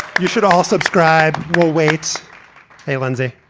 you should all subscribe. well, wait hey, lindsay